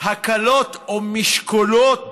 הקלות או משקולות